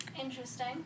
Interesting